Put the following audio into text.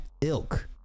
ilk